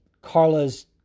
Carla's